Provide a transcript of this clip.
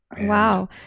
Wow